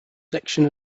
section